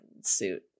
suit